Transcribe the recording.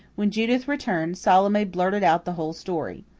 when judith returned, salome blurted out the whole story.